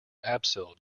abseil